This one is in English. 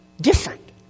different